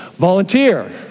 Volunteer